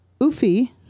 Ufi